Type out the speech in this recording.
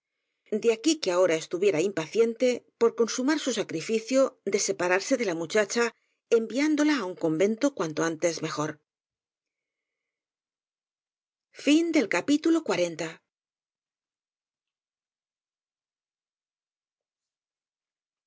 de aquí que ahora estuviera impaciente por consumar su sacrificio de separarse de la mu chacha enviándola á un convento cuanto antes mejor de